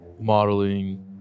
modeling